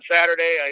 Saturday